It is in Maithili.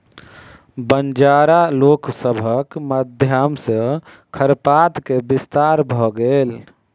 बंजारा लोक सभक माध्यम सॅ खरपात के विस्तार भ गेल